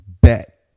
Bet